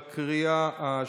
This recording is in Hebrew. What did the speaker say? בקריאה השלישית.